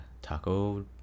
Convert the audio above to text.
taco